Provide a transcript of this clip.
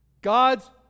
God's